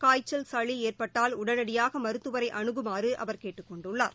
காய்ச்சல் சளிஏற்பட்டால் உடனடியாகமருத்துவரைஅனுகுமாறுஅவர் கேட்டுக்கொண்டுள்ளார்